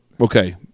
Okay